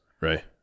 Right